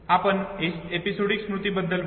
आपण एपिसोडिक स्मृतीबद्दल बोललो